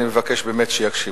אני מבקש באמת שיקשיבו.